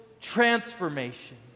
transformation